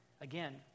again